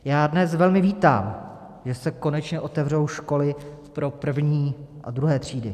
Já dnes velmi vítám, že se konečně otevřou školy pro první a druhé třídy.